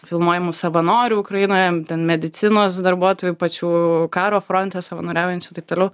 filmuojamų savanorių ukrainoje ten medicinos darbuotojų pačių karo fronte savanoriaujančių taip toliau